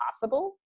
possible